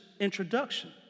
introduction